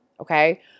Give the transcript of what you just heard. okay